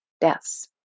deaths